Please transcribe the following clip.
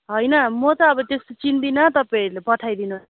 होइन म त अब त्यस्तो चिन्दिन तपाईँहरूले पठाइदिनु